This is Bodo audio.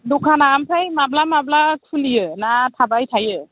दखानआ ओमफ्राय माब्ला माब्ला खुलियो ना थाबाय थायो